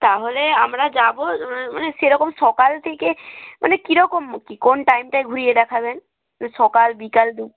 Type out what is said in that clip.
তাহলে আমরা যাব মানে সেরকম সকাল থেকে মানে কী রকম কী কোন টাইমটায় ঘুরিয়ে দেখাবেন সকাল বিকাল দুপ